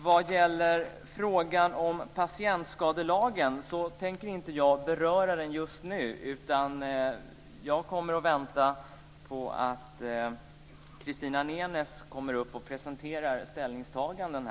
Jag tänker inte beröra frågan om patientskadelagen just nu, utan jag väntar till dess att Christina Nenes presenterat ställningstaganden.